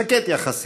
שקט יחסית.